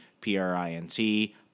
P-R-I-N-T